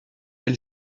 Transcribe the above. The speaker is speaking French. mail